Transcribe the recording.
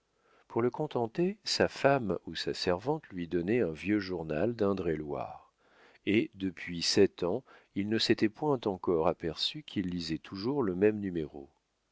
pour le contenter sa femme ou sa servante lui donnait un vieux journal dindre et loire et depuis sept ans il ne s'était point encore aperçu qu'il lisait toujours le même